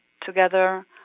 together